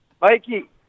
Mikey